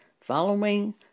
following